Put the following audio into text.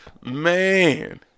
Man